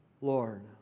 Lord